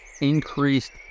increased